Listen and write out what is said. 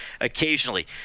occasionally